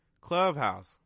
Clubhouse